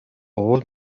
all